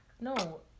no